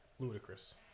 Ludicrous